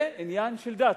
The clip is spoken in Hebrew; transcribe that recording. זה עניין של דת,